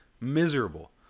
Miserable